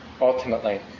ultimately